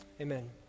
Amen